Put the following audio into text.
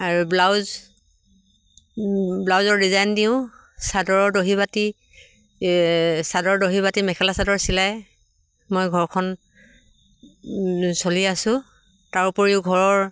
আৰু ব্লাউজ ব্লাউজৰ ডিজাইন দিওঁ চাদৰৰ দহি বাতি চাদৰ দহি বাতি মেখেলা চাদৰ চিলাই মই ঘৰখন চলি আছোঁ তাৰ উপৰিও ঘৰৰ